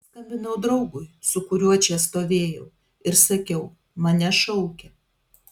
skambinau draugui su kuriuo čia stovėjau ir sakiau mane šaukia